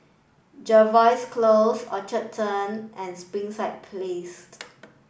Jervois Close Orchard Turn and Springside Place